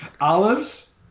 Olive's